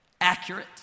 accurate